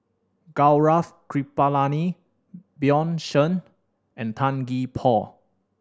Gaurav Kripalani Bjorn Shen and Tan Gee Paw